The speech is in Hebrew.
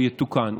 הוא יתוקן.